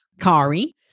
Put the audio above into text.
Kari